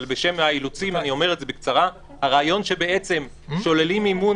אבל בשם האילוצים אני אומר את זה בקצרה: הרעיון שלמעשה שוללים מימון